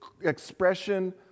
expression